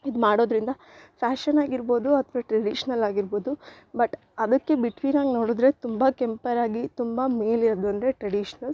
ಇದು ಮಾಡೋದ್ರಿಂದ ಫ್ಯಾಶನ್ ಆಗಿರ್ಬೌದು ಅಥ್ವ ಟ್ರೆಡಿಷ್ನಲ್ ಆಗಿರ್ಬೌದು ಬಟ್ ಅದಕ್ಕೆ ಬಿಟ್ವೀನಾಗೆ ನೋಡಿದ್ರೆ ತುಂಬ ಕೆಂಪೆರಾಗಿ ತುಂಬ ಮೇಲೆ ಇರೋದು ಅಂದರೆ ಟ್ರೆಡಿಷನಲ್ಸ್